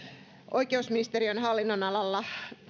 oikeusministeriön hallinnonalalla